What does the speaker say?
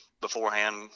beforehand